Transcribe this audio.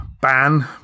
ban